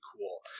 cool